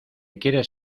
quieres